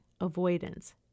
avoidance